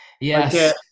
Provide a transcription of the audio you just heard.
Yes